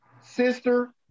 sister